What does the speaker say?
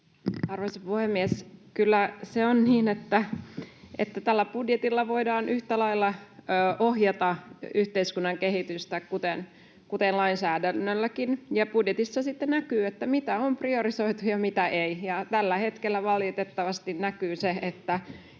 Arvoisa puhemies! Kyllä se on niin, että tällä budjetilla voidaan yhtä lailla ohjata yhteiskunnan kehitystä kuten lainsäädännölläkin, ja budjetissa sitten näkyy, mitä on priorisoitu ja mitä ei. Tällä hetkellä valitettavasti näkyy se, että